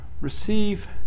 Receive